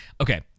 Okay